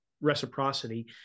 reciprocity